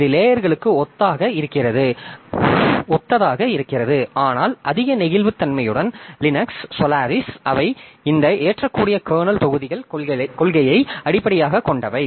இது லேயர்களுக்கு ஒத்ததாக இருக்கிறது ஆனால் அதிக நெகிழ்வுத்தன்மையுடன் லினக்ஸ் சோலாரிஸ் அவை இந்த ஏற்றக்கூடிய கர்னல் தொகுதிகள் கொள்கையை அடிப்படையாகக் கொண்டவை